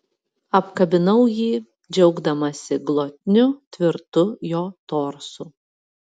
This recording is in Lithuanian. apkabinau jį džiaugdamasi glotniu tvirtu jo torsu